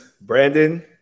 Brandon